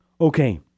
Okay